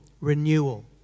renewal